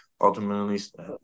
ultimately